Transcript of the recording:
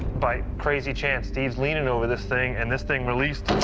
by crazy chance, steve's leaning over this thing and this thing released.